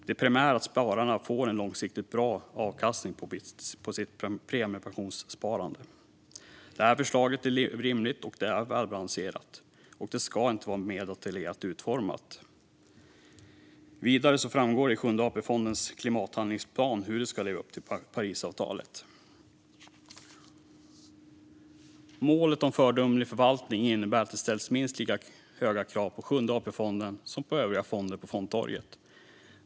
Det primära är att spararna får en långsiktigt bra avkastning på sitt premiepensionssparande. Förslaget är rimligt och välbalanserat, och det ska inte vara mer detaljerat utformat. Vidare framgår i Sjunde AP-fondens klimathandlingsplan hur fonden ska leva upp till Parisavtalet. Målet om föredömlig förvaltning innebär att det ställs minst lika höga krav på Sjunde AP-fonden som på övriga fonder på fondtorget.